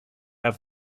have